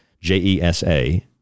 J-E-S-A